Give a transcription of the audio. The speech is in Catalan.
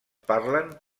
parlen